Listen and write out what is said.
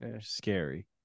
scary